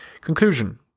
Conclusion